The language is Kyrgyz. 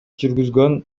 жүргүзгөн